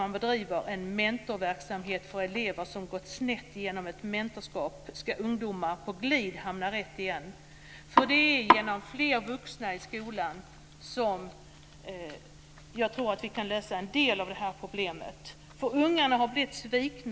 Där bedrivs en mentorverksamhet för elever som det gått snett för. Under mentorskapet ska ungdomar på glid hamna rätt igen. Jag tror att vi kan lösa en del av det här problemet genom att ha fler vuxna i skolan. Det gäller ungdomar som om och om igen har blivit svikna.